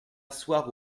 asseoir